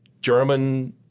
German